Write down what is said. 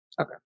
Okay